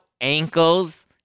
ankles